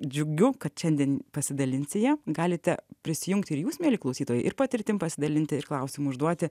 džiugiu kad šiandien pasidalinsi ja galite prisijungti ir jūs mieli klausytojai ir patirtim pasidalinti ir klausimų užduoti